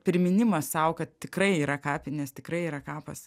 priminimas sau kad tikrai yra kapinės tikrai yra kapas